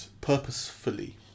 purposefully